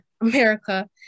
America